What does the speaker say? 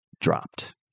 dropped